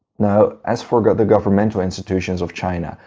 now, as for the governmental institutions of china,